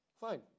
Fine